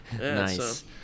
nice